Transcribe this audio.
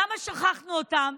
למה שכחנו אותם?